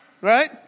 Right